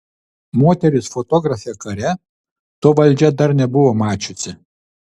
moteris fotografė kare to valdžia dar nebuvo mačiusi